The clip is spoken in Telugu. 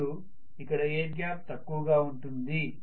మరియు ఇక్కడ ఎయిర్ గ్యాప్ తక్కువ గా ఉంటుంది